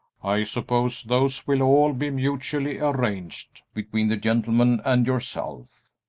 i suppose those will all be mutually arranged between the gentleman and yourself.